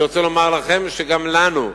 אני רוצה לומר לכם שגם לנו,